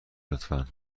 لطفا